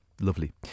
Lovely